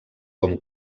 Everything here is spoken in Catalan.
com